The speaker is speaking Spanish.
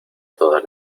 todas